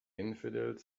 infidels